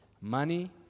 money